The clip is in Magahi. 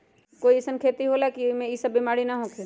कोई अईसन खेती होला की वो में ई सब बीमारी न होखे?